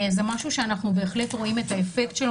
זה משהו שאנחנו בהחלט רואים את האפקט שלו